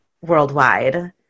worldwide